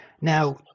Now